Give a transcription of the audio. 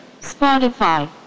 Spotify